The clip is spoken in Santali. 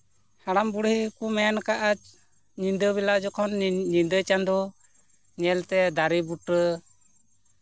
ᱦᱟᱲᱟᱢ ᱵᱩᱲᱦᱤ ᱠᱚ ᱢᱮᱱ ᱟᱠᱟᱫᱼᱟ ᱧᱤᱫᱟᱹ ᱵᱮᱲᱟ ᱡᱚᱠᱷᱚᱱ ᱧᱤᱫᱟᱹ ᱪᱟᱸᱫᱚ ᱧᱮᱞᱛᱮ ᱫᱟᱨᱮ ᱵᱩᱴᱟᱹ